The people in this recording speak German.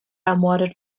ermordet